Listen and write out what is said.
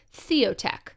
Theotech